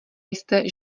jste